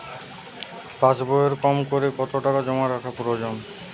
পাশবইয়ে কমকরে কত টাকা জমা রাখা প্রয়োজন?